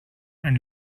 and